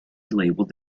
labelled